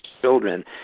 children